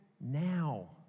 now